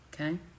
Okay